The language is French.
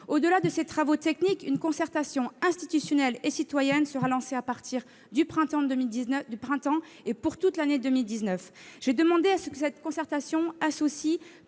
Au-delà de ces travaux techniques, une concertation institutionnelle et citoyenne sera lancée à partir du printemps, et pour toute l'année 2019. J'ai demandé à ce que cette concertation associe